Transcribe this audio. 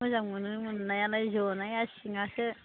मोजां मोनो मोननायालाय जनाया सिंआसो